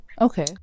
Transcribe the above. Okay